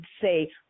say